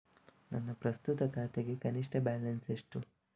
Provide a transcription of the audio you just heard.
ನನ್ನ ಪ್ರಸ್ತುತ ಖಾತೆಗೆ ಕನಿಷ್ಠ ಬ್ಯಾಲೆನ್ಸ್ ಎಷ್ಟು?